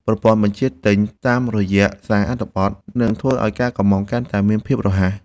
ប្រព័ន្ធបញ្ជាទិញតាមរយៈសារអត្ថបទ នឹងធ្វើឱ្យការកុម្ម៉ង់កាន់តែមានភាពរហ័ស។